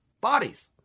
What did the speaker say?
bodies